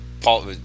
Paul